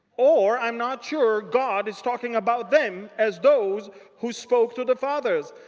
or i'm not sure god is talking about them as those who spoke to the fathers.